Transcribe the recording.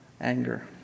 anger